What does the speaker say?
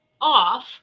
off